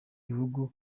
bihugu